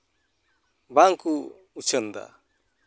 ᱵᱟᱝᱠᱚ ᱩᱪᱷᱟᱹᱱ ᱮᱫᱟ